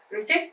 Okay